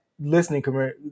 listening